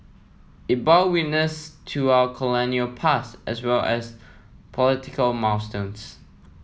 it bore witness to our colonial past as well as political milestones